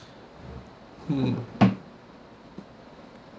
mm